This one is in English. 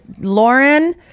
Lauren